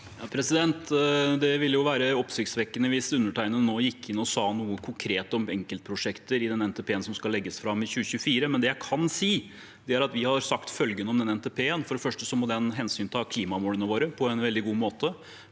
Det ville være oppsiktsvekkende hvis jeg nå gikk inn og sa noe konkret om enkeltprosjekter i den NTP-en som skal legges fram i 2024, men det jeg kan si, er at vi har sagt følgende om denne NTP-en: For det første må den hensynta klimamålene våre på en veldig god måte.